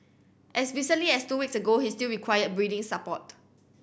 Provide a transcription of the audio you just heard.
as recently as two weeks ago he still required breathing support